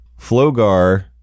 FloGar